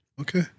Okay